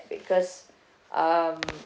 because um